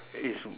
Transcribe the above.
is